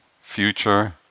future